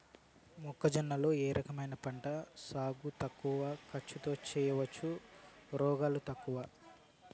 మొక్కజొన్న లో ఏ రకమైన పంటల సాగు తక్కువ ఖర్చుతో చేయచ్చు, రోగాలు తక్కువ?